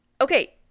Okay